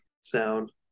sound